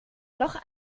noch